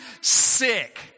sick